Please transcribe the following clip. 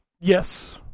Yes